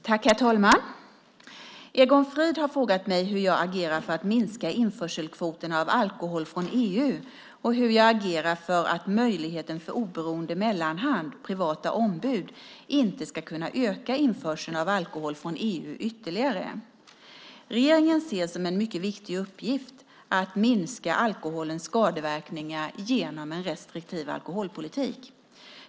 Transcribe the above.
Herr talman! Egon Frid har frågat mig hur jag agerar för att minska införselkvoterna av alkohol från EU och hur jag agerar för att möjligheten för oberoende mellanhand - privata ombud - inte ska kunna öka införseln av alkohol från EU ytterligare. Regeringen ser en mycket viktig uppgift i att minska alkoholens skadeverkningar genom en restriktiv alkoholpolitik.